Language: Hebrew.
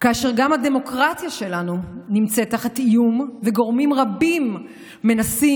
כאשר גם הדמוקרטיה שלנו נמצאת תחת איום וגורמים רבים מנסים